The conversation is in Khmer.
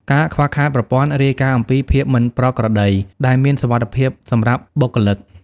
ការខ្វះខាតប្រព័ន្ធ "រាយការណ៍អំពីភាពមិនប្រក្រតី"ដែលមានសុវត្ថិភាពសម្រាប់បុគ្គលិក។